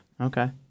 Okay